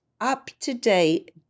up-to-date